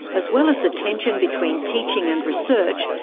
as well as the tension between teaching and research,